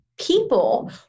People